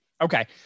Okay